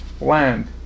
land